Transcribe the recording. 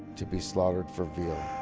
to be slaughtered for veal.